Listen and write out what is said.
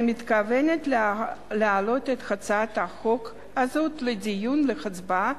אני מתכוונת להעלות את הצעת החוק הזאת לדיון ולהצבעה